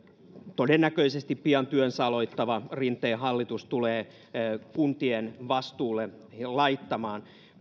todennäköisesti pian työnsä aloittava rinteen hallitus tulee kuntien vastuulle laittamaan